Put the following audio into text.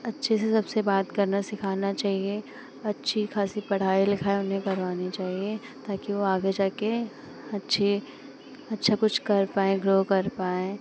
अच्छे से सबसे बात करना सिखाना चाहिए अच्छी ख़ासी पढ़ाई लिखाई उन्हें करवानी चाहिए ताकी वह आगे जाके अच्छे अच्छा कुछ कर पाएं ग्रो कर पाएं